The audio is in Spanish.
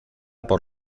por